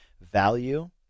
value